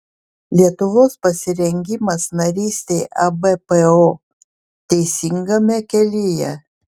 lietuvos pasirengimas narystei ebpo teisingame kelyje